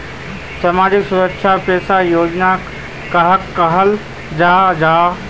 सामाजिक सुरक्षा पेंशन योजना कहाक कहाल जाहा जाहा?